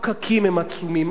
הפקקים הם עצומים,